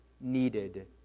needed